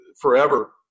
forever